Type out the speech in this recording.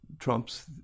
trumps